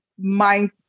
mind